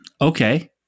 Okay